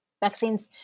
vaccines